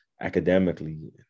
academically